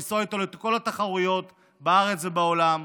לנסוע איתו לכל התחרויות בארץ ובעולם.